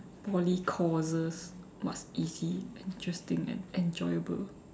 Poly courses what's easy interesting and enjoyable